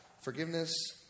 Forgiveness